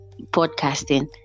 podcasting